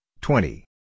twenty